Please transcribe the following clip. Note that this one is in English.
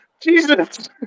Jesus